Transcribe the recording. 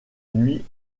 nuit